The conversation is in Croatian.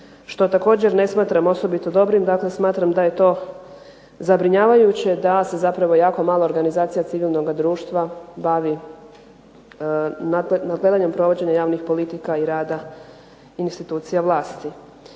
što također ne smatram osobito dobrim, dakle smatram da je to zabrinjavajuće da se zapravo jako malo organizacija civilnoga društva bavi na temeljem provođenja javnih politika i rada institucija vlasti.